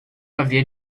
havia